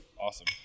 Awesome